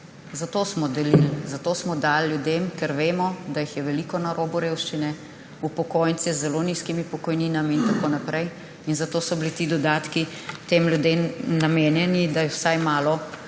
Zato smo delili, zato smo dajali ljudem – ker vemo, da jih je veliko na robu revščine, upokojenci z zelo nizkimi pokojninami in tako naprej. In zato so bili ti dodatki tem ljudem namenjeni, da vsaj malo